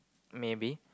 maybe